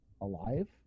alive